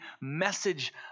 message